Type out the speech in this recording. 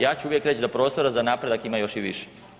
Ja ću uvijek reći da prostora za napredak ima još i više.